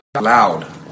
loud